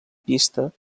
pista